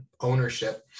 ownership